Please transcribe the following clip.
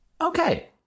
Okay